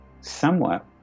somewhat